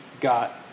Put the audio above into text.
got